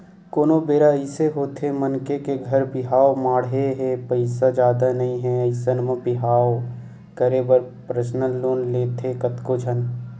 कोनो बेरा अइसे होथे मनखे के घर बिहाव माड़हे हे पइसा जादा नइ हे अइसन म बिहाव करे बर परसनल लोन लेथे कतको झन